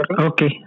okay